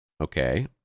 Okay